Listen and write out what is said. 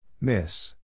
Miss